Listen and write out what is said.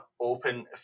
open